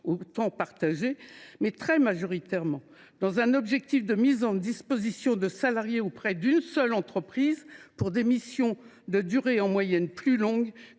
entreprises, mais très majoritairement dans un objectif de mise à disposition de salariés auprès d’une seule entreprise, pour des missions de durée en moyenne plus longue